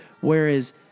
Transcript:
Whereas